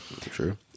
True